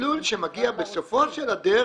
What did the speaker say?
מסלול שמגיע בסופה של הדרך,